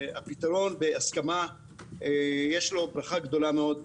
והפתרון בהסכמה יש לו ברכה גדולה מאוד.